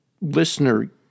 listener